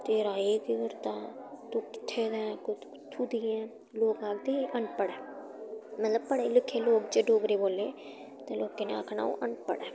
तेरा एह् केह् करदा तूं कि'त्थै दा ऐं तूं क'त्थूं दी ऐं लोक आखदे एह् अनपढ़ ऐ मतलब पढ़े लिखे लोग जे डोगरी बोल्लै ते लोकें ने आखना ओह् अनपढ़ ऐ